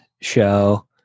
show